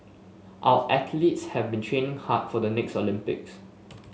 our athletes have been training hard for the next Olympics